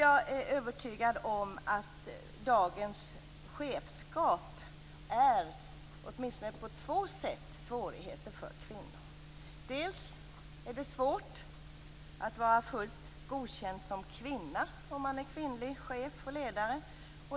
Jag är övertygad om att dagens chefskap åtminstone på två sätt innebär svårigheter för kvinnor. För det första är det svårt att vara fullt godkänd som kvinna om man är kvinnlig chef och ledare.